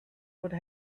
would